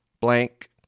Blank